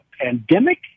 pandemic